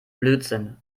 blödsinn